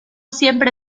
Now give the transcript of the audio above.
siempre